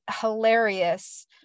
hilarious